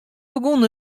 begûn